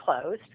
closed